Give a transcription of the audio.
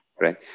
right